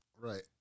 Right